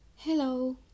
Hello